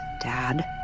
Dad